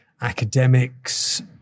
academics